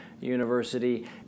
University